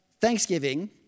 Thanksgiving